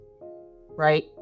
Right